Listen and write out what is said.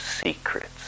secrets